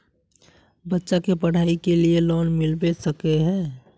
बच्चा के पढाई के लिए लोन मिलबे सके है?